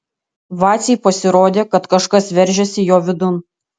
vacei pasirodė kad kažkas veržiasi jo vidun